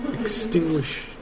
Extinguish